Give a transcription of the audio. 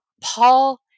Paul